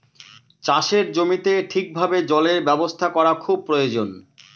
চাষের জমিতে ঠিক ভাবে জলের ব্যবস্থা করা খুব প্রয়োজন